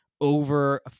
over